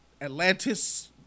Atlantis